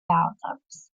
albums